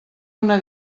una